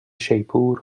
شیپور